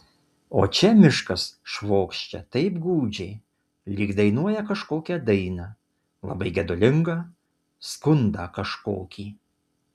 o čia miškas švokščia taip gūdžiai lyg dainuoja kažkokią dainą labai gedulingą skundą kažkokį